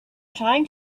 trying